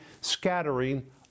scattering